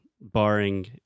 barring